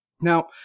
Now